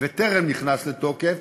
וטרם נכנס לתוקף,